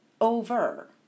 over